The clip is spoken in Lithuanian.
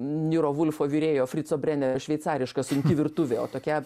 niro vulfo virėjo frico brenerio šveicariška sunki virtuvė o tokia